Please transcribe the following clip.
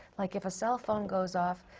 like if a cell phone goes off,